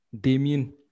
Damien